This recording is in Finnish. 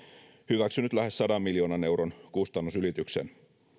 hyväksynyt lähes sadan miljoonan euron kustannusylityksen